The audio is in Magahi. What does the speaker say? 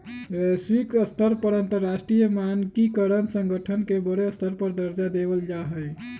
वैश्विक स्तर पर अंतरराष्ट्रीय मानकीकरण संगठन के बडे स्तर पर दर्जा देवल जा हई